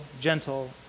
gentle